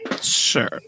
Sure